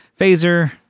phaser